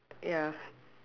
ya